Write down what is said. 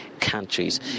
countries